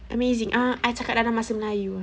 amazing ah I cakap dalam bahasa melayu